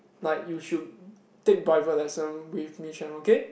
like you should take private lesson with Miss Sharon okay